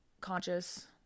conscious